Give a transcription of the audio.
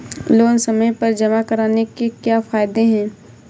Loan समय पर जमा कराने के क्या फायदे हैं?